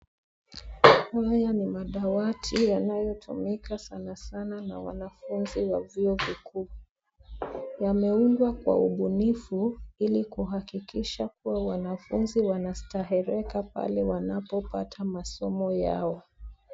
Haya ni madawati yanayo tumika sana sana na wanafunzi wa vyuo vikuu. Yameundwa kwa ubunifu ili kuhakikisha kuwa wanafunzi wanastahereka pale wanapo pata masomo yao.